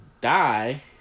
die